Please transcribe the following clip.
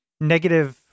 negative